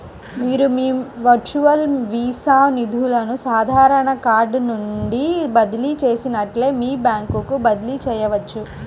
మీరు మీ virtual Visa నిధులను సాధారణ కార్డ్ నుండి బదిలీ చేసినట్లే మీ బ్యాంకుకు బదిలీ చేయవచ్చు